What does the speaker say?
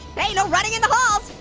hey no running in the hall.